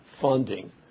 funding